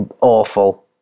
awful